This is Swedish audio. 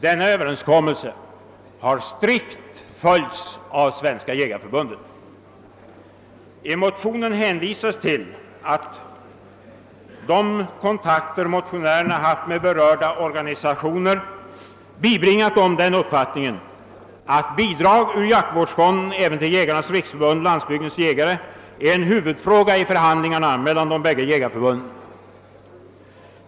Denna överenskommelse har strikt följts av Svenska jägareförbundet. I motionerna hänvisas till att de kontakter som motionärerna haft med berörda organisationer bibringat dem den uppfattningen att bidrag ur jaktvårdsfonden även till Jägarnas riksförbund— Landsbygdens jägare är en huvudfråga i förhandlingarna mellan de bägge jägarförbunden.